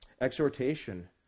exhortation